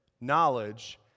knowledge